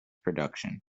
production